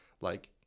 like-